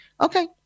Okay